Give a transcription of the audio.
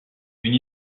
une